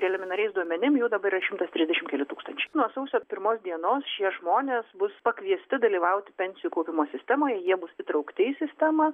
preliminariais duomenim jų dabar yra šimtas trisdešimt keli tūkstančiai nuo sausio pirmos dienos šie žmonės bus pakviesti dalyvauti pensijų kaupimo sistemoje jie bus įtraukti į sistemą